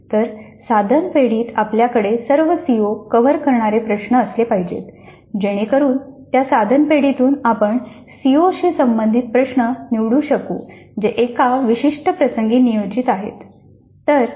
तर साधन पेढीेत आपल्याकडे सर्व सीओ कव्हर करणारे प्रश्न असले पाहिजेत जेणेकरून त्या साधन पेढीेतून आपण सीओशी संबंधित प्रश्न निवडू शकू जे एका विशिष्ट प्रसंगी नियोजित आहेत